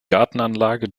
gartenanlage